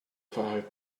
five